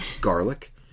Garlic